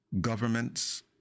governments